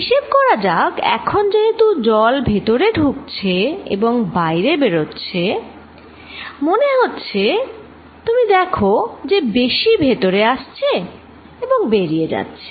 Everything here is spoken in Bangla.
হিসেব করা যাক এখন যেহেতু জল ভেতরে ঢুকছে এবং বাইরে বেরোচ্ছে মনে হচ্ছে তুমি দেখ যে বেশি ভেতরে আসছে এবং বেরিয়েও যাচ্ছে